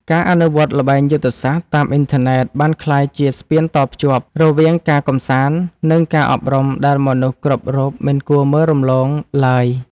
ការអនុវត្តល្បែងយុទ្ធសាស្ត្រតាមអ៊ីនធឺណិតបានក្លាយជាស្ពានតភ្ជាប់រវាងការកម្សាន្តនិងការអប់រំដែលមនុស្សគ្រប់រូបមិនគួរមើលរំលងឡើយ។